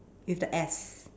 with the S